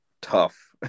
tough